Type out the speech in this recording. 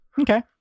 Okay